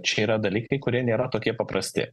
čia yra dalykai kurie nėra tokie paprasti